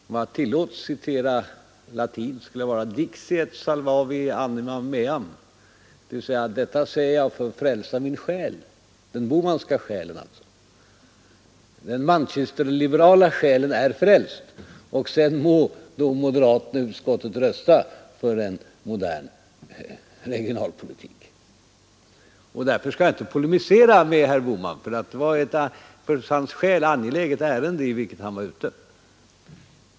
Om jag tillåts citera något på latin, skulle det vara: Dixi et salvavi animam meam, dvs: Detta säger jag för att frälsa min själ. Den Bohmanska själen, alltså. Den manchesterliberala själen är frälst, och sedan må moderaterna i utskottet rösta för en modern regionalpolitik! Därför skall jag inte polemisera mot herr Bohman — det var i ett för hans själ angeläget ärende han var ute.